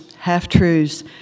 half-truths